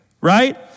right